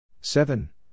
seven